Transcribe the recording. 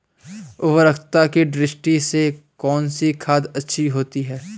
उर्वरकता की दृष्टि से कौनसी खाद अच्छी होती है?